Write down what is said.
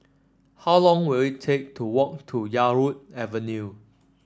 how long will it take to walk to Yarwood Avenue